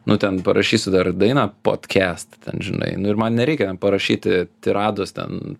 nu ten parašysiu dar dainą potkest ten žinai nu ir man nereikia parašyti tirados ten